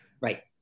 Right